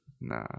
Nah